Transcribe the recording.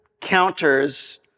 counters